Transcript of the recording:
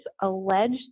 alleged